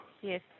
Yes